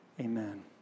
Amen